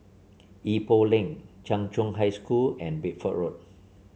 Ipoh Lane Chung Cheng High School and Bideford Road